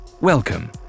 welcome